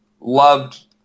loved